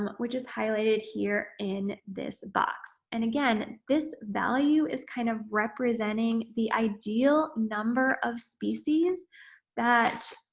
um which is highlighted here in this box. and again, this value is kind of representing the ideal number of species that